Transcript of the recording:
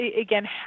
again